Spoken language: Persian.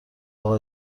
اقا